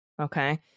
okay